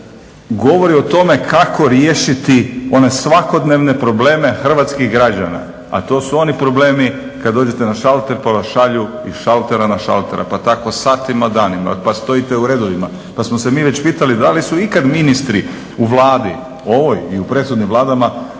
govori o tome kako riješiti one svakodnevne probleme hrvatskih građana, a to su oni problemi kada dođete na šalter pa vas šalju iz šaltera na šalter, pa tako satima, danima, pa stojite u redovima. Pa smo se mi već pitali da li su ikad ministri u Vladi ovoj i u prethodnim vladama